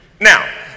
Now